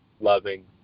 loving